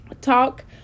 Talk